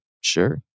Sure